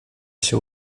się